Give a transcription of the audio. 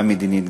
גם מדינית,